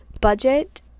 budget